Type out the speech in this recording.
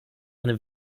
eine